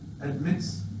admits